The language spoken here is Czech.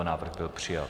Návrh byl přijat.